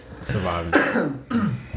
surviving